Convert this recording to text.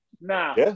now